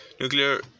nuclear